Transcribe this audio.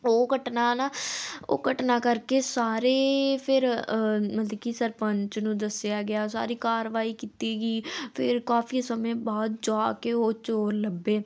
ਉਹ ਘਟਨਾ ਨਾ ਉਹ ਘਟਨਾ ਕਰਕੇ ਸਾਰੇ ਫਿਰ ਮਤਲਬ ਕਿ ਸਰਪੰਚ ਨੂੰ ਦੱਸਿਆ ਗਿਆ ਸਾਰੀ ਕਾਰਵਾਈ ਕੀਤੀ ਗਈ ਫਿਰ ਕਾਫ਼ੀ ਸਮੇਂ ਬਾਅਦ ਜਾ ਕੇ ਉਹ ਚੋਰ ਲੱਭੇ